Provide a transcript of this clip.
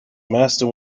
master